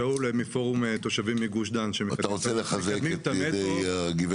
שאול מפורום תושבים מגוש דן שמקדמים את המטרו.